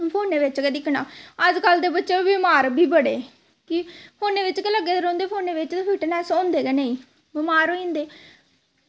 ते फोनै बिच्च गै दिक्खना अजकल्ल दे बच्चे बमार बी बड़े कि फोनै बिच्च गै लग्गे दे रौंह्दे फोने बिच्च फिटनेस होंदे गै नेईं बमार होई जंदे